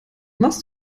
machst